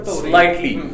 slightly